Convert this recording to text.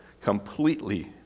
completely